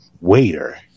waiter